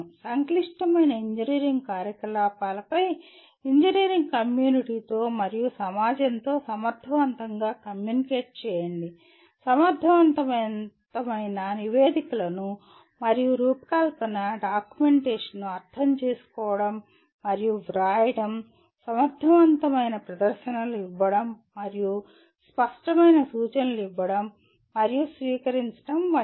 సంక్లిష్టమైన ఇంజనీరింగ్ కార్యకలాపాలపై ఇంజనీరింగ్ కమ్యూనిటీతో మరియు సమాజంతో సమర్థవంతంగా కమ్యూనికేట్ చేయండి సమర్థవంతమైన నివేదికలను మరియు రూపకల్పన డాక్యుమెంటేషన్ను అర్థం చేసుకోవడం మరియు వ్రాయడం సమర్థవంతమైన ప్రదర్శనలు ఇవ్వడం మరియు స్పష్టమైన సూచనలు ఇవ్వడం మరియు స్వీకరించడం వంటివి